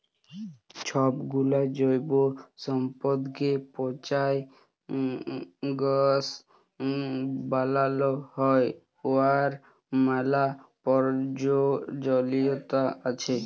ছবগুলা জৈব সম্পদকে পঁচায় গ্যাস বালাল হ্যয় উয়ার ম্যালা পরয়োজলিয়তা আছে